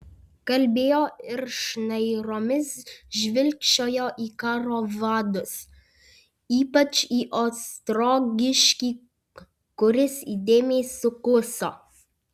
kalbėjo ir šnairomis žvilgčiojo į karo vadus ypač į ostrogiškį kuris įdėmiai sukluso